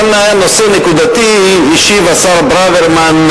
כאן היה נושא נקודתי אישי והשר ברוורמן,